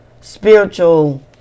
spiritual